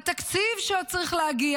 התקציב שעוד צריך להגיע,